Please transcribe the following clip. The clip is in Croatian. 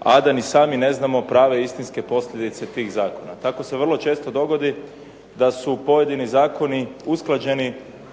a da ni sami ne znamo prave istinske posljedice tih zakona. Tako se vrlo često dogodi da su pojedini zakoni usklađeni